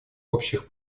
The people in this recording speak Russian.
общих